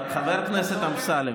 חבר הכנסת אמסלם.